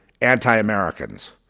anti-americans